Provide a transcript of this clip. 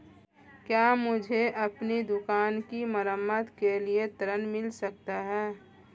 क्या मुझे अपनी दुकान की मरम्मत के लिए ऋण मिल सकता है?